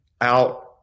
out